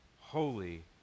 holy